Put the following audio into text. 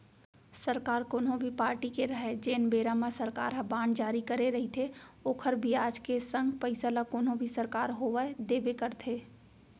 सरकार कोनो भी पारटी के रहय जेन बेरा म सरकार ह बांड जारी करे रइथे ओखर बियाज के संग पइसा ल कोनो भी सरकार होवय देबे करथे